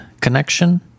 connection